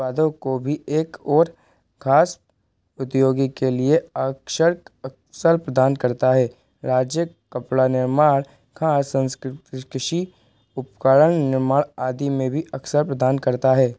उत्पादों को भी एक और ख़ास उद्योगी के लिए अक्सर अवसर प्रदान करता है राज्य कपड़ा निर्माण का कृषि उपकरण निर्माण आदि में भी अवसर प्रदान करता है